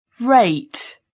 Rate